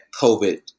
COVID